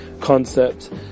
concept